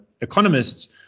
economists